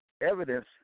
evidence